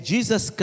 Jesus